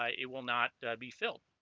ah it will not be filled